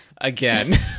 Again